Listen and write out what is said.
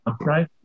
right